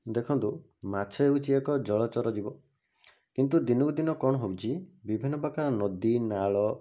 ଦେଖନ୍ତୁ ମାଛ ହେଉଛି ଏକ ଜଳଚର ଜୀବ କିନ୍ତୁ ଦିନକୁଦିନ କ'ଣ ହେଉଛି ବିଭିନ୍ନପ୍ରକାର ନଦୀ ନାଳ